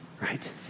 right